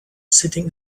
sitting